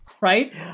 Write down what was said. right